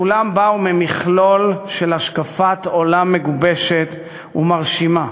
כולם באו ממכלול של השקפת עולם מגובשת ומרשימה.